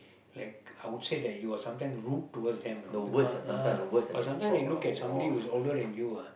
like I would say that you are sometimes rude towards them you know ah ah but sometimes you look at somebody who is older than you ah